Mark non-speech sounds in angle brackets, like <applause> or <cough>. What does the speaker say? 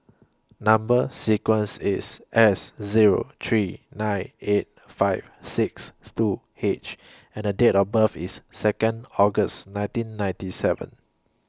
Number sequence IS S Zero three nine eight five six <noise> two H and Date of birth IS Second August nineteen ninety seven